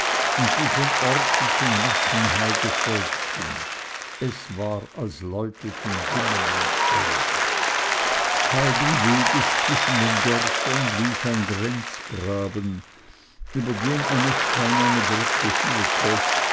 und die von orthwig und nassenheide folgten es war als läuteten himmel und erde halben wegs zwischen den dörfern lief ein grenzgraben über den eine steinerne brücke führte